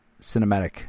cinematic